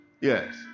Yes